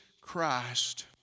Christ